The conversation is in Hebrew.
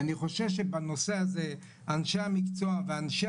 ואני חושב שבנושא הזה אנשי המקצוע ואנשי